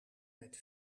met